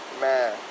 Man